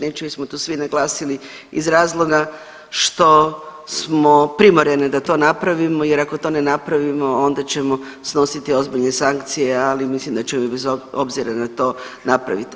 Već smo to svi naglasili iz razloga što smo primoreni da to napravimo, jer ako to ne napravimo onda ćemo snositi ozbiljne sankcije, ali mislim da će bez obzira na to napraviti.